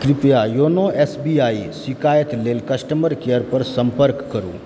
कृप्या YONO S B I शिकायत लेल कस्टमर केअर पर सम्पर्क करू